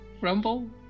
Rumble